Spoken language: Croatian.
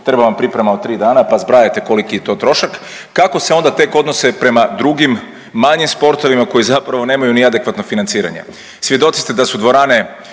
treba vam priprema od tri dana pa zbrajajte koliki je to trošak, kako se onda tek odnose prema drugim manjim sportovima koji zapravo nemaju ni adekvatno financiranje. Svjedoci ste da su dvorane